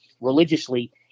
Religiously